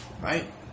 right